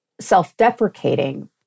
self-deprecating